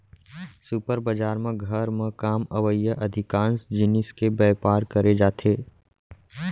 super बजार म घर म काम अवइया अधिकांस जिनिस के बयपार करे जाथे